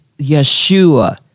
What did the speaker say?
Yeshua